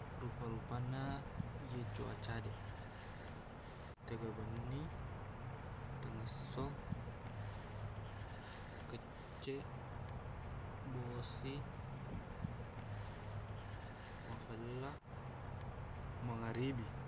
Rupa-rupanna iye cuaca de tenga benni tengasso kecceq bosi mafella mangaribi